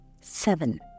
Seven